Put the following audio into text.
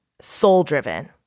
soul-driven